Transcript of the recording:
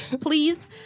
please